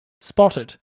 spotted